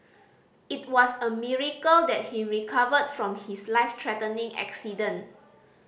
it was a miracle that he recovered from his life threatening accident